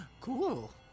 cool